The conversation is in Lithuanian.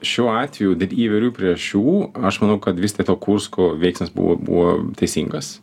šiuo atveju dėl įvairių priežasčių aš manau kad vis dėlto kursko veiksmas buvo buvo teisingas